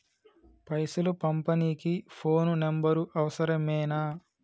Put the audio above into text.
పైసలు పంపనీకి phone number అవసరమేనా?